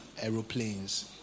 aeroplanes